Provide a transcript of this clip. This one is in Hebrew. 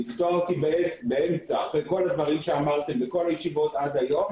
לקטוע אותי באמצע אחרי כל הדברים שאמרתם בכל הישיבות עד היום,